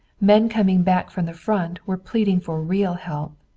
men coming back from the front were pleading for real help,